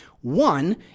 one